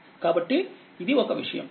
కాబట్టి ఇది ఒకవిషయం